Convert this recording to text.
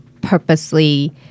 purposely